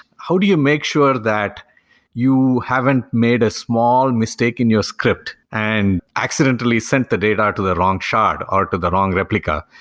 how do you make sure that you haven't made a small and mistake in your script and accidentally sent the data to the wrong shard, or to but the wrong replica?